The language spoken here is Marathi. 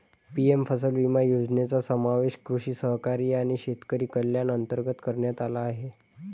पी.एम फसल विमा योजनेचा समावेश कृषी सहकारी आणि शेतकरी कल्याण अंतर्गत करण्यात आला आहे